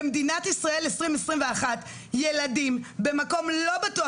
במדינת ישראל 2021 ילדים לומדים במקום לא בטוח.